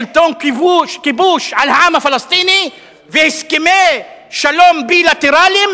שלטון כיבוש על העם הפלסטיני והסכמי שלום בילטרליים